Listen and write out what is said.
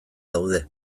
daude